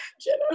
Jenna